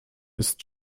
ist